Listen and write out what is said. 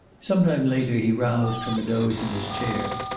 some time later he roused from a doze in his chair.